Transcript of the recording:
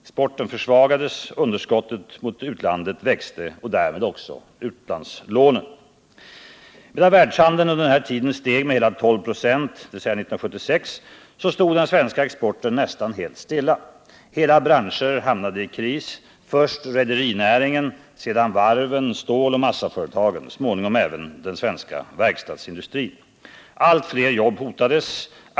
Exporten försvagades, underskotten mot utlandet växte och därmed utlandslånen. Medan världshandeln steg med hela 12 96 1976 stod den svenska exporten nästan helt stilla. Hela branscher hamnade i kris; först rederinäringen, sedan varven, ståloch massaföretagen, så småningom även verkstadsindustrin. Allt fler jobb hotades.